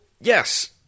yes